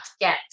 get